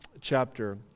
chapter